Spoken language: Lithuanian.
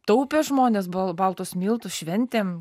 taupė žmonės bal baltus miltus šventėm